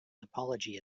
topology